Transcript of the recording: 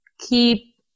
keep